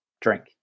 drink